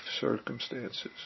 circumstances